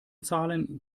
zahlen